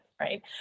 right